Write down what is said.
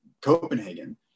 Copenhagen